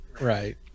Right